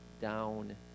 down